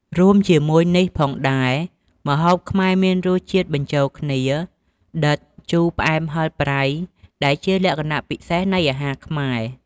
រួមជាមួយនេះផងដែរ ម្ហូបខ្មែរមានរសជាតិបញ្ចូលគ្នា ដិត ជូរ ផ្អែម ហឹរ ប្រៃ ដែលជាលក្ខណៈពិសេសនៃអាហារខ្មែរ។